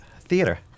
Theater